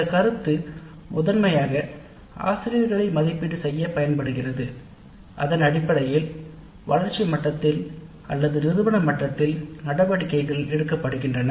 இந்த கருத்து முதன்மையாக ஆசிரியர்களை மதிப்பீடு செய்யப் பயன்படுகிறது அதன் அடிப்படையில்வளர்ச்சி மட்டத்தில் அல்லது நிறுவன மட்டத்தில் நடவடிக்கைகள் எடுக்கப்படுகின்றன